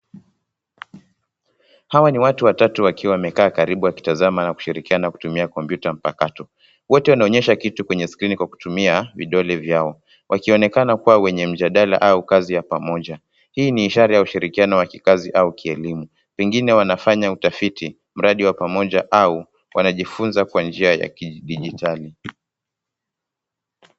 Hawa ni watu watatu wakiwa wamekaa karibu wakitazama na kushirikiana kutumia kompyuta mpakato. Wote wanaonyesha kitu kwenye skrini kwa kutumia vidole vyao. Wakionekana kuwa kwenye mjadala au kazi ya pamoja. Hii ni ishari ya ushirikiano wa kikazi au kielimu. Pengine wanafanya utafiti, mradi wa pamoja au wanajifunza kwa njia ya kijidijitali.